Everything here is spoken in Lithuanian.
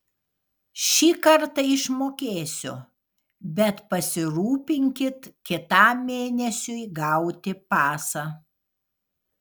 šį kartą išmokėsiu bet pasirūpinkit kitam mėnesiui gauti pasą